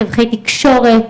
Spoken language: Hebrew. מתווכי תקשורת,